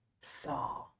saw